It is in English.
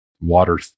water